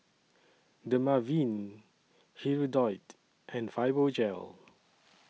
Dermaveen Hirudoid and Fibogel